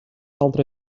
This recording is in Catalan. altre